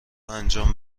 انجام